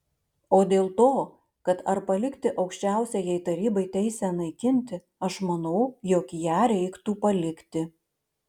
o dėl to kad ar palikti aukščiausiajai tarybai teisę naikinti aš manau jog ją reiktų palikti